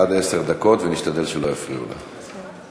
עד עשר דקות, ונשתדל שלא יפריעו לך.